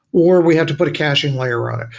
or we had to put a caching layer on it,